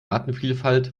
artenvielfalt